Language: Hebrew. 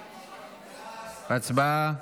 הצבעה.